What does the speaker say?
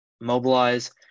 mobilize